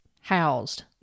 housed